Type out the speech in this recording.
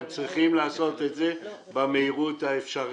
הם צריכים לעשות את זה במהירות האפשרית,